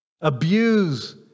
Abuse